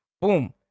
Boom